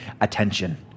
attention